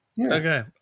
Okay